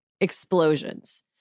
explosions